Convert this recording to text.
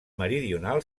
meridional